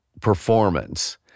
performance